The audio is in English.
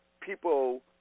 people